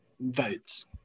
votes